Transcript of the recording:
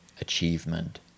achievement